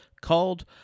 called